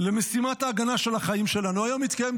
למשימת ההגנה על החיים שלנו.